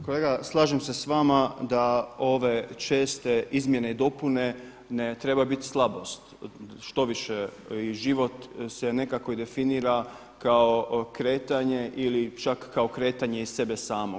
Kolega slažem se s vama da ove česte izmjene i dopune ne trebaju biti slabost, štoviše i život se nekako i definira kao kretanje ili čak kretanje iz sebe samog.